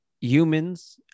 Humans